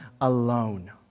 alone